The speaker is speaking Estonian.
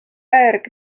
järgi